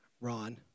Ron